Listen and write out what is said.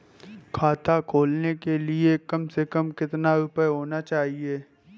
खाता खोलने के लिए कम से कम कितना रूपए होने चाहिए?